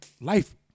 life